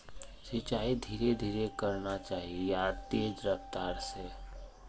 सिंचाई धीरे धीरे करना चही या तेज रफ्तार से?